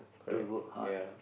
don't work hard